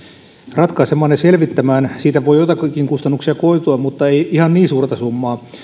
ratkaisemaan ja selvittämään siitä voi joitakin kustannuksia koitua mutta ei ihan niin suurta summaa